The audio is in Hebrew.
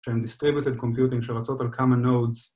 שהם Distributed Computing שרצות על Common Nodes